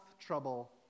trouble